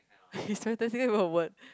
he's trying to think of a word